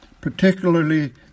particularly